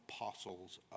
apostles